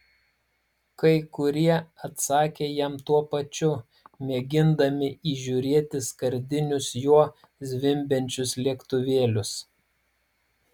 kai kurie atsakė jam tuo pačiu mėgindami įžiūrėti skardinius juo zvimbiančius lėktuvėlius